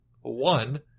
one